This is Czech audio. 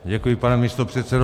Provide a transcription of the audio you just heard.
Děkuji, pane místopředsedo.